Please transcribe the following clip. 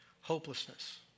Hopelessness